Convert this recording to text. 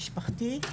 משפחתי,